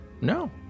no